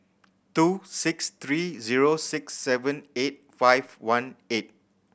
two six three zero six seven eight five one eight